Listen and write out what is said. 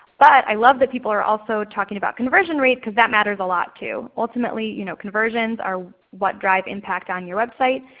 but i love that people are also talking about conversion rates because that matters a lot too. ultimately you know conversions are what drive impact on your website.